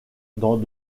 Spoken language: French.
dans